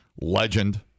Legend